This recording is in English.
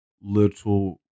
little